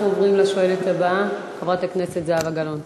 אנחנו עוברים לשואלת הבאה, חברת הכנסת זהבה גלאון.